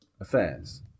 affairs